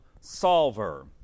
solver